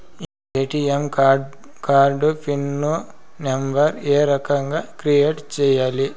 ATM card PIN number ఏ రకంగా create సేయాలి